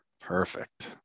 perfect